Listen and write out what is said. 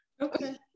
okay